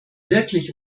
wirklich